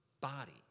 body